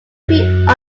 three